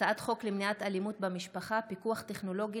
הצעת חוק למניעת אלימות במשפחה (פיקוח טכנולוגי